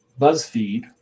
BuzzFeed